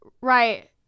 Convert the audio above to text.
Right